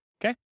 okay